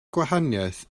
gwahaniaeth